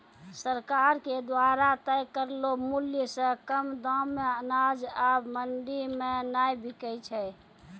सरकार के द्वारा तय करलो मुल्य सॅ कम दाम मॅ अनाज आबॅ मंडी मॅ नाय बिकै छै